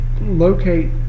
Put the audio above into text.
locate